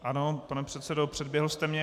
Ano, pane předsedo, předběhl jste mě.